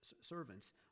servants